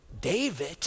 David